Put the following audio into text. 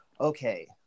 okay